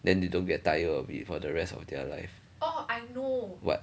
then they don't get tired of it for the rest of their life what